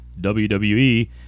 WWE